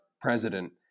president